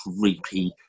creepy